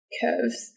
curves